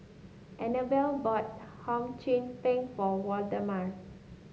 Anabelle bought Hum Chim Peng for Waldemar